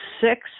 six